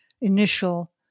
initial